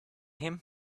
him